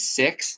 six